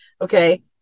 Okay